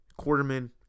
Quarterman